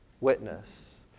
witness